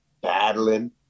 Battling